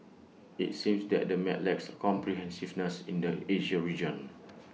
IT seems that the map lacks comprehensiveness in the Asia region